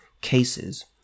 cases